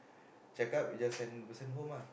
check up you just send the person home lah